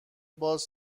باز